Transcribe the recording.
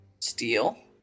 steel